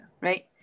right